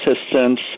assistance